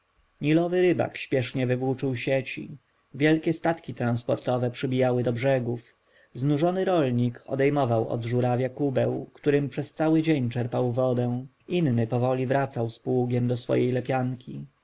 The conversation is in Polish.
nilowy rybak śpiesznie wywłóczył sieci wielkie statki transportowe przybijały do brzegów znużony rolnik odejmował od żórawia kubeł którym przez cały dzień czerpał wodę inny powoli wracał z pługiem do swej lepianki